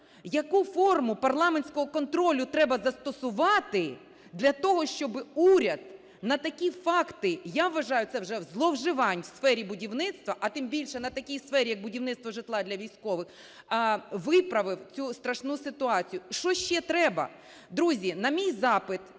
яку форму парламентського контролю треба застосувати для того, щоб уряд на такі факти, я вважаю, це вже зловживань у сфері будівництва, а тим більше на такій сфері, як будівництво житла для військових, виправив цю страшну ситуацію? Що ще треба? Друзі, на мій запит